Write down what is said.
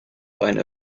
eine